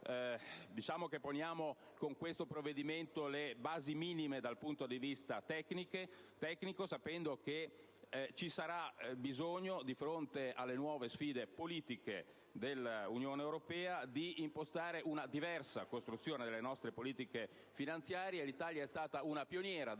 Possiamo affermare che con questo provvedimento poniamo le basi minime dal punto di vista tecnico, sapendo che sarà necessario, di fronte alle nuove sfide politiche dell'Unione europea, impostare una diversa costruzione delle nostre politiche finanziarie. L'Italia è stata una pioniera della